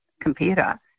computer